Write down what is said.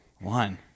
one